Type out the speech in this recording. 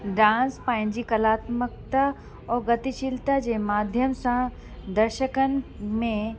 dance पंहिंजी कलात्मकता और गतिशीलता जे माध्यम सां दर्शकनि में